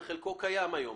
הוא בחלקו קיים היום,